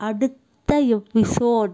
அடுத்த எபிசோட்